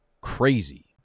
crazy